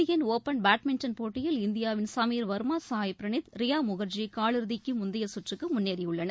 Indian Open badminton போட்டியில் இந்தியாவின் சமீர் வர்மா சாய் பிரனீத் ரியா முகர்ஜி காலிறுதிக்கு முந்தைய சுற்றுக்கு முன்னேறியுள்ளனர்